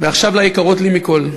"ועכשיו ליקרות לי מכול,